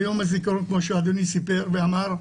ביום הזיכרון כמו שאדוני אמר,